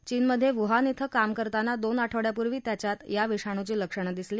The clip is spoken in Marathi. चीनमध्ये वुहान इथं काम करताना दोन आठवड्यांपूर्वी त्याच्यात या विषाणूची लक्षणं दिसली